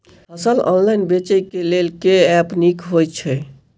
फसल ऑनलाइन बेचै केँ लेल केँ ऐप नीक होइ छै?